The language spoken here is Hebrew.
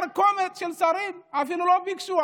קומץ של שרים אפילו לא ביקשו,